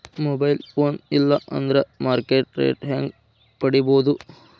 Mobile phone ಇಲ್ಲಾ ಅಂದ್ರ market rate ಹೆಂಗ್ ಪಡಿಬೋದು?